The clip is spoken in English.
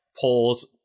pause